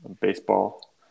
baseball